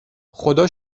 خدا